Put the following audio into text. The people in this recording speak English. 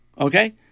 Okay